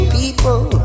people